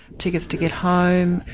tickets to get home,